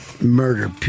murder